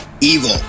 Evil